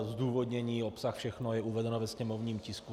Zdůvodnění, obsah, všechno je uvedeno ve sněmovním tisku.